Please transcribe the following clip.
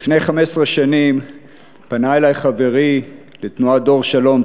לפני 15 שנים פנה אלי חברי בתנועת "דור שלום",